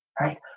right